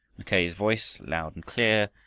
mackay's voice, loud and clear,